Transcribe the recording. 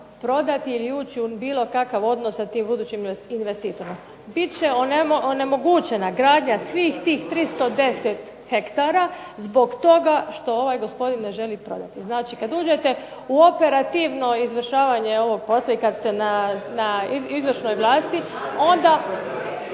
prodati ili ući u bilo kakav odnos sa tim budućim investitorom. Bit će onemogućena gradnja svih tih 310 hektara zbog toga što ovaj gospodin ne želi prodati. Znači kada uđete u operativno izvršavanje ovog posla i kada ste na izvršnoj vlasti, onda